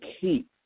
keep